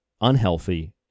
unhealthy